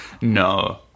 No